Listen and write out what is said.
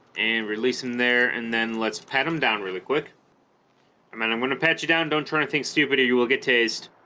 and release him there and then let's pat them down really quick and then i'm gonna pat you down don't try anything stupid here you will get tased